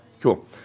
Cool